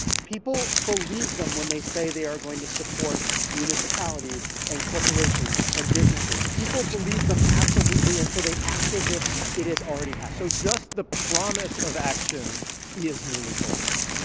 people believe them when they say they are going to support municipalities and corporations and businesses. people believe them absolutely, and so they act as if it has already happened so just the promise of action is meaningful action